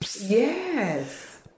Yes